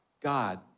God